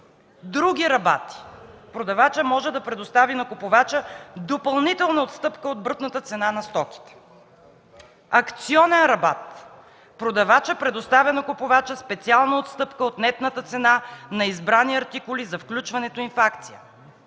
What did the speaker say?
други рабати – продавачът може да предостави на купувача допълнителна отстъпка от брутната цена на стоките; - акционен рабат – продавачът предоставя на купувача специална отстъпка от нетната цена на избрани артикули за включването им в акцията;